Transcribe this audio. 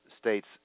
states